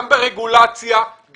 גם ברגולציה,